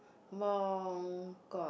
Mongkok